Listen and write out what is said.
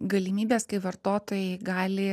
galimybes kai vartotojai gali